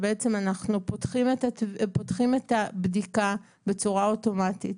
שאנחנו בעצם פותחים את הבדיקה בצורה אוטומטית.